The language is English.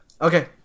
Okay